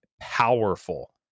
powerful